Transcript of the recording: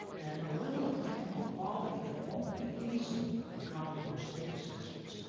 and a level of technical quality that won't be feasible for the common core state assessments,